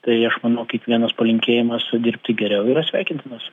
tai aš manau kiekvienas palinkėjimas dirbti geriau yra sveikintinas